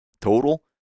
total